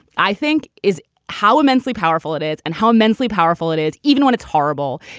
i think is how immensely powerful it is and how immensely powerful it is, even when it's horrible,